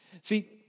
See